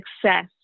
Success